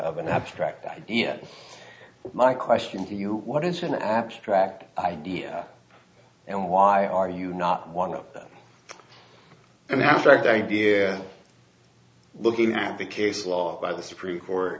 of an abstract idea my question to you what is an abstract idea and why are you not one of them and after i think dear looking at the case law by the supreme court